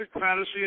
fantasy